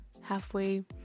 halfway